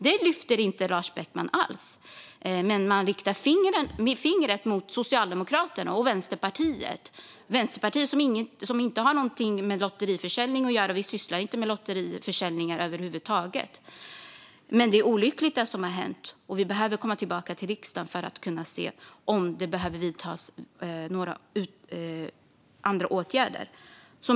Däremot riktar han fingret mot Socialdemokraterna och Vänsterpartiet. Vänsterpartiet har inget med lottförsäljning att göra; vi sysslar inte med lotterier över huvud taget. Men det som har hänt är olyckligt, och riksdagen behöver se om det behöver vidtas åtgärder.